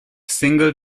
single